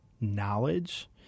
knowledge